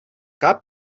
cap